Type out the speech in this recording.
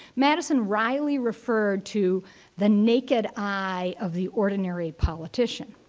madison riley referred to the naked eye of the ordinary politician.